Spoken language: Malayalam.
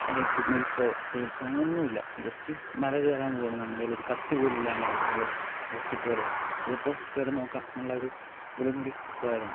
എക്വിപ്പ്മെന്റ് സോ ടൂൾസോ അങ്ങനെ ഒന്നുമില്ല ജസ്റ്റ് മല കയറാൻ പോകുകയാണ് നമ്മുടെ കയ്യിൽ ഒരു കത്തി പോലുമില്ലാണ്ടാണ് നമ്മൾ ജസ്റ്റ് കയറുക എത്തിയപ്പോൾ കയറി നോക്കാമെന്നുള്ളൊരു ഇതിലും കൂടി പോയതാണ്